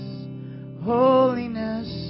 holiness